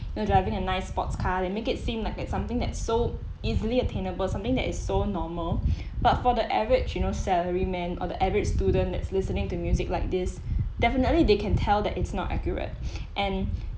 you know driving a nice sports car then make it seem like it's something that so easily attainable something that is so normal but for the average you know salary man or the average student that's listening to music like this definitely they can tell that it's not accurate and